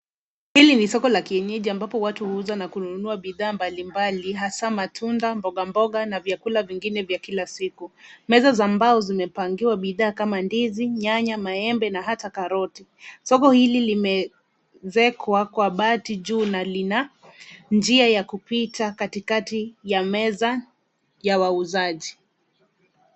Hili ni soko la kienyeji ambapo watu huuza na kununua bidhaa mbalimbali hasa matunda, mboga mboga na vyakula vingine vya kila siku. Meza za mbao zimepangiwa bidhaa kama ndizi, nyanya, maembe na hata karoti. Soko hili limeezekwa kwa bati juu na lina njia ya kupita katikati ya meza ya wauzaji.